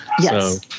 Yes